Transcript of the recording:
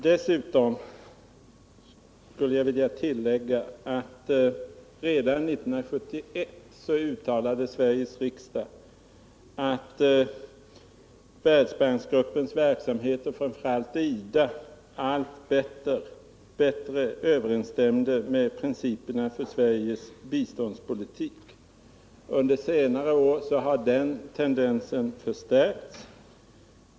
Dessutom skulle jag vilja tillägga att redan 1971 uttalade Sveriges riksdag att Världsbanksgruppens verksamhet, framför allt IDA:s verksamhet, allt bättre överensstämde med principerna för Sveriges biståndspolitik. Under senare år har den tendensen förstärkts.